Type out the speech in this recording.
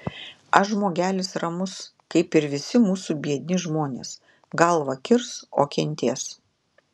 aš žmogelis ramus kaip ir visi mūsų biedni žmonės galvą kirs o kentės